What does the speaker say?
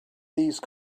these